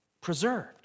preserved